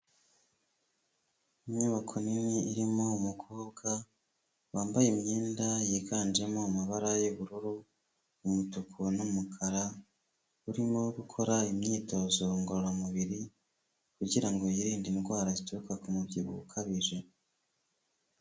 Inyubako nini irimo umukobwa wambaye imyenda yiganjemo amabara y'ubururu, umutuku n'umukara, urimo gukora imyitozo ngororamubiri kugira ngo yirinde indwara zituruka ku mubyibuho ukabije.